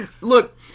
Look